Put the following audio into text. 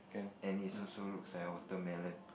and is also looks like a watermelon